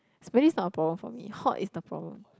smelly is not a problem for me hot is the problem